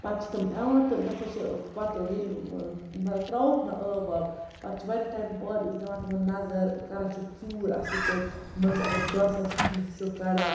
پَتہٕ چھِ تِم یِوان تہٕ گژھان چھِ ٲں پَتہٕ ییٚلہِ ٲں مطلب ترٛاوہوکھ نا آب واب پَتہٕ چھِ واریاہ ٹایم بعد أسۍ دِوان تِمَن نظر کَران چھِکھ ژوٗر اصٕل پٲٹھۍ منٛز اَگر گاسہٕ آسہِ کھوٚتمُت سُہ چھِکھ کَڑان